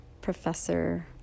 professor